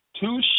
two